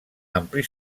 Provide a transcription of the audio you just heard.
ampli